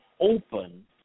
open